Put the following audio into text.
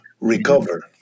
recover